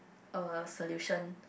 a solution